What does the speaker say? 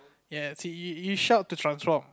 ya see you shout to transform